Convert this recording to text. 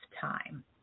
time